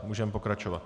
Můžeme pokračovat.